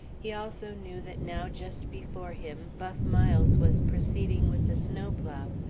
he also knew that now, just before him, buff miles was proceeding with the snowplow,